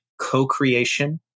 co-creation